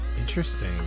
Interesting